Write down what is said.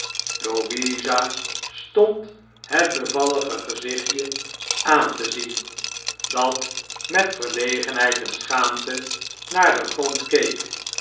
louisa stond het bevallige gezichtje aan te zien dat met verlegenheid en schaamte naar den grond